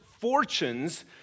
fortunes